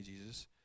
Jesus